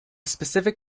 specific